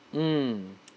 mm